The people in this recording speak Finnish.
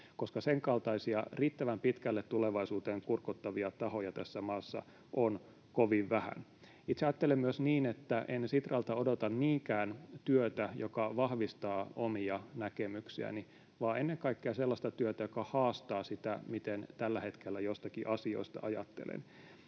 koska sen kaltaisia riittävän pitkälle tulevaisuuteen kurkottavia tahoja tässä maassa on kovin vähän. Itse ajattelen myös niin, että en Sitralta odota niinkään työtä, joka vahvistaa omia näkemyksiäni, vaan ennen kaikkea sellaista työtä, joka haastaa sitä, miten tällä hetkellä joistakin asioista ajattelen.